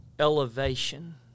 Elevation